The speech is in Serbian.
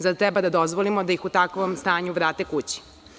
Zar treba da dozvolimo da ih u takvom stanju vrate kući?